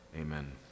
Amen